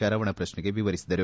ಶರವಣ ಪ್ರಶ್ನೆಗೆ ವಿವರಿಸಿದರು